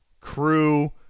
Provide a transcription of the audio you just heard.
crew